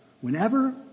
whenever